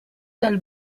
dal